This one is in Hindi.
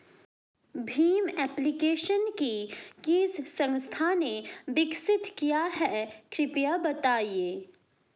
भीम एप्लिकेशन को किस संस्था ने विकसित किया है कृपया बताइए?